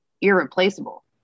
irreplaceable